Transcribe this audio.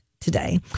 today